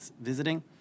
visiting